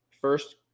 First